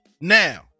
Now